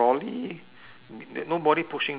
nobody pushing the trolley